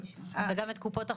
וגם את קופות החולים.